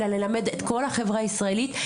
אלא ללמד את כל החברה הישראלית.